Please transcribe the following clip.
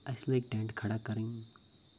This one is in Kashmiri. اسہِ لٲگۍ ٹٮ۪نٛٹ کھَڑا کَرٕنۍ